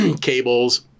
cables